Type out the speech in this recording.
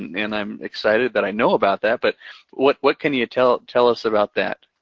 and i'm excited that i know about that, but what what can you tell tell us about that?